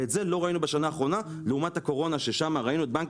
ואת זה לא ראינו בשנה האחרונה לעומת הקורונה ששם ראינו את בנק